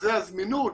וזה הזמינות